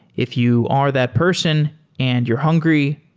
if you are that person and you're hungry,